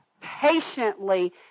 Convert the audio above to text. patiently